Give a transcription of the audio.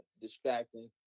distracting